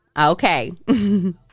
okay